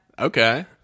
Okay